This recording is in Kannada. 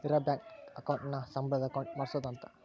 ಇರ ಬ್ಯಾಂಕ್ ಅಕೌಂಟ್ ನ ಸಂಬಳದ್ ಅಕೌಂಟ್ ಮಾಡ್ಸೋದ ಅಂತ